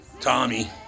Tommy